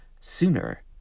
sooner